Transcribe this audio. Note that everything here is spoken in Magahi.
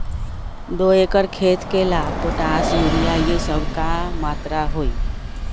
दो एकर खेत के ला पोटाश, यूरिया ये सब का मात्रा होई?